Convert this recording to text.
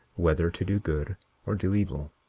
whether to do good or do evil.